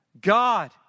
God